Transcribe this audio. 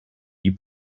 you